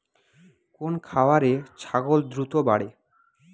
কোন খাওয়ারে ছাগল দ্রুত বাড়ে?